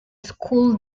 school